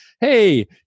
hey